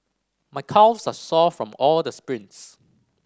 my calves are sore from all the sprints